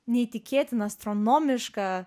neįtikėtiną astronomišką